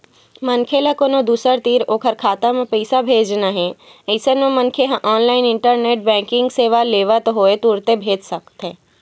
मनखे ल कोनो दूसर तीर ओखर खाता म पइसा भेजना हे अइसन म मनखे ह ऑनलाइन इंटरनेट बेंकिंग सेवा लेवत होय तुरते भेज सकत हे